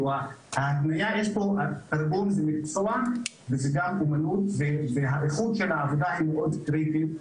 התרגום זה מקצוע וזו גם אומנות ואיכות העבודה מאוד קריטית.